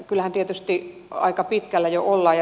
kyllähän tietysti aika pitkällä jo ollaan